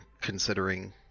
considering